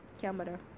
camera